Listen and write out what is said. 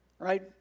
Right